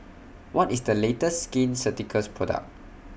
What IS The latest Skin Ceuticals Product